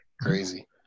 crazy